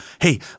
Hey